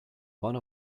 one